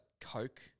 Coke